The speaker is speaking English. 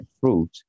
fruit